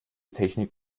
technik